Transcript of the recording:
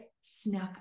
snuck